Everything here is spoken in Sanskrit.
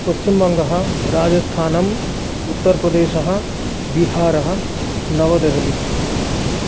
पश्चिम्बङ्गः राजस्थानम् उत्तर्प्रदेशः बीहारः नवदेहली